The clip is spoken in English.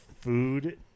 food